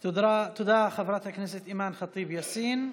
תודה, חברת הכנסת אימאן ח'טיב יאסין.